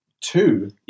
two